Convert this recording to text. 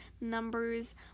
numbers